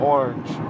Orange